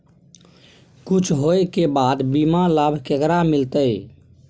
कुछ होय के बाद बीमा लाभ केकरा मिलते?